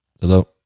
Hello